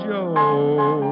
Joe